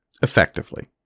Effectively